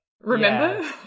remember